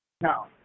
No